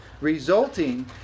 resulting